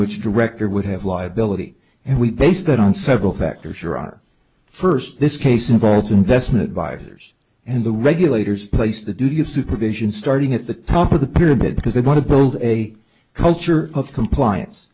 which director would have liability and we base that on several factors you're our first this case involves investment advisors and the regulators placed the duty of supervision starting at the top of the pyramid because they want to build a culture of compliance